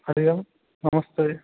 हरिः ओं नमस्ते